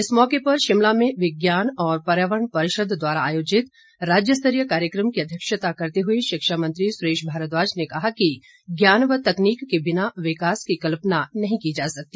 इस मौके पर शिमला में विज्ञान और पर्यावरण परिषद द्वारा आयोजित राज्य स्तरीय कार्यकम की अध्यक्षता करते हुए शिक्षा मंत्री सुरेश भारद्वाज के कहा कि ज्ञान व तकनीक के बिना विकास की कल्पना नहीं की जा सकती